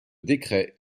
décret